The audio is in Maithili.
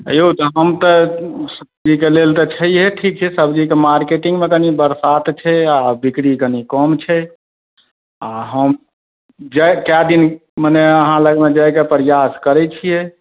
यौ तऽ हम तऽ सब्जीके लेल तऽ छैये ठीक छै सब्जीके मार्केटिंगमे कनी बरसात छै आओर बिक्री कनी कम छै आओर हम कए दिन मने अहाँ लगमे जाइके प्रयास करय छियै